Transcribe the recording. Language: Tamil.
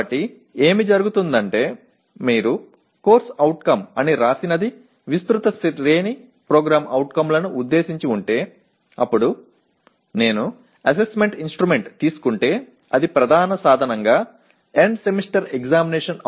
எனவே நீங்கள் என்ன செய்ய முடியும் என்பது நீங்கள் பரந்த அளவிலான PO க்களை உரையாற்றும் CO எழுதப்பட்டிருந்தால் முக்கிய கருவியாக இருக்கும் மதிப்பீட்டு கருவியை நான் எடுத்துக் கொண்டால் இறுதி செமஸ்டர் தேர்வாகும்